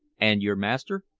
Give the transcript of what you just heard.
and your master?